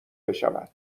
بشود